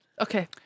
Okay